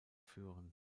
führen